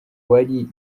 wari